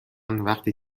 وقتی